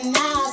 now